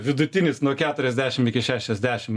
vidutinis nuo keturiasdešim iki šešiasdešim